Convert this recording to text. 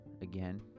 again